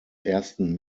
ersten